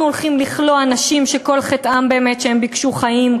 אנחנו הולכים לכלוא אנשים שכל חטאם באמת שהם ביקשו חיים,